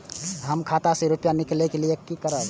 हम खाता से रुपया निकले के लेल की करबे?